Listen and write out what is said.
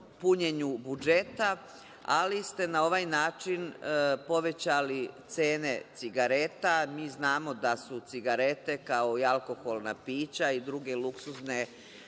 punjenju budžeta, ali ste na ovaj način povećali cene cigareta. Mi znamo da su cigarete, kao i alkoholna pića i druge luksuzne